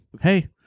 hey